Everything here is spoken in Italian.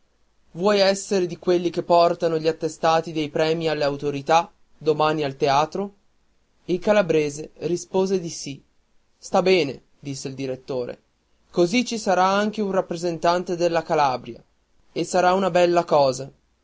vuoi essere di quelli che portano gli attestati dei premi alle autorità domani al teatro il calabrese rispose di sì sta bene disse il direttore così ci sarà anche un rappresentante della calabria e sarà una bella cosa